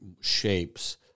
shapes